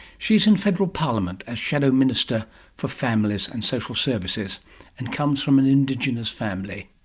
she is in federal parliament as shadow minister for families and social services and comes from an indigenous family.